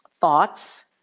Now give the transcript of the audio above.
thoughts